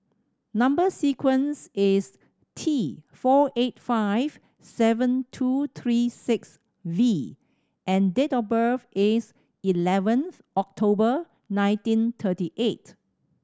number sequence is T four eight five seven two three six V and date of birth is eleven October nineteen thirty eight